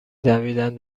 دویدن